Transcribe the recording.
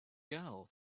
girl